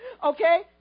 Okay